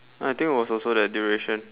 I think was also that duration